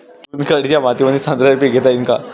चुनखडीच्या मातीमंदी संत्र्याचे पीक घेता येईन का?